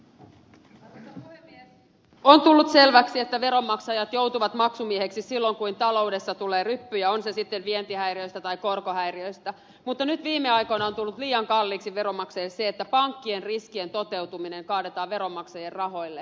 on tullut selväksi että veronmaksajat joutuvat maksumiehiksi silloin kun taloudessa tulee ryppyjä on sitten kyse vientihäiriöistä tai korkohäiriöistä mutta nyt viime aikoina on tullut liian kalliiksi veronmaksajille se että pankkien riskien toteutuminen kaadetaan veronmaksajien niskoille